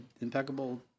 impeccable